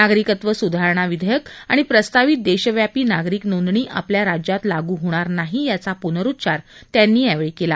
नागरिकत्व सुधारणा विधेयक आणि प्रस्तावित देशव्यापी नागरिक नोंदणी आपल्या राज्यात लागू होणार नाही याचा पुनरूच्चार त्यांनी यावेळी केला